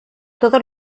todos